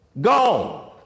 Gone